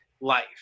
life